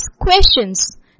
questions